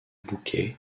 bouquets